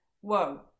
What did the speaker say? whoa